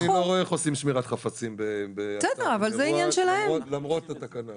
אני לא רואה איך עושים שמירת חפצים, למרות התקנה.